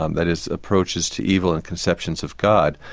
um that is, approaches to evil and conceptions of god.